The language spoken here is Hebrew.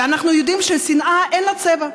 ואנחנו יודעים ששנאה, אין לה צבע.